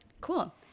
Cool